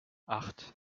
acht